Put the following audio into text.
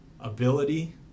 ability